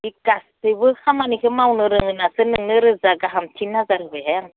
गासिबो खामानिखो मावनो रोङो होननासो नोंनो रोजा थाम तिन हाजार होबायहाय आं